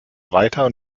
weiteren